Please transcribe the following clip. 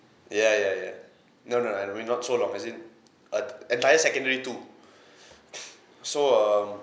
ya ya ya no no I we're not so long as in uh entire secondary two so um